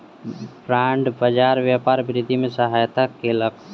bond बाजार व्यापार वृद्धि में सहायता केलक